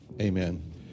amen